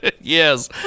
yes